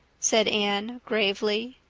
said anne gravely.